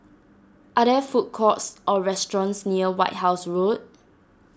are there food courts or restaurants near White House Road